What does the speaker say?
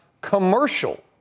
commercial